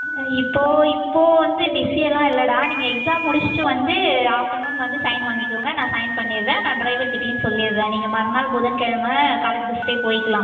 இப்போ இப்போ வந்து பிஸியெல்லாம் இல்லைடா நீங்கள் எக்ஸாம் முடிச்சிவிட்டு வந்து ஆஃப்ட்டர்நூன் வந்து சைன் வாங்கிக்கோங்க நான் சைன் பண்ணிடுறேன் நான் ட்ரைவர்க்கிட்டையும் சொல்லிடுறேன் நீங்கள் மறுநாள் புதன்கிழம காலேஜ் பஸ்ல போய்க்கலாம்